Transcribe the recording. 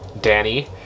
Danny